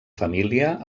família